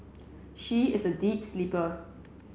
she is a deep sleeper